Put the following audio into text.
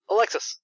Alexis